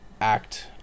act